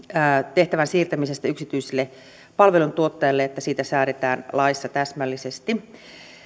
tehtävän siirtämisestä yksityisille palveluntuottajille ja että siitä säädetään laissa täsmällisesti